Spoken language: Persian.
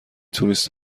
توریست